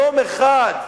יום אחד,